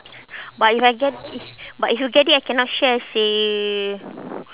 but if I get i~ but if you get it I cannot share seh